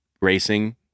racing